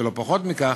ולא פחות מכך,